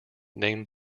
named